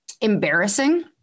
embarrassing